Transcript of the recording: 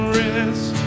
rest